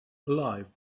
alive